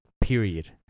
period